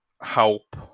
help